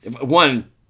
one